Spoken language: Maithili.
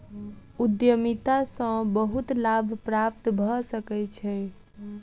उद्यमिता सॅ बहुत लाभ प्राप्त भ सकै छै